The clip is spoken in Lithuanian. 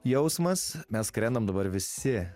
jausmas mes skrendam dabar visi